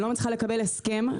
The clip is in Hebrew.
לא מצליחה לקבל הסכם.